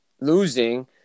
losing –